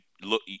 Look